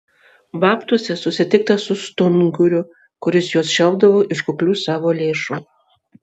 babtuose susitikta su stunguriu kuris juos šelpdavo iš kuklių savo lėšų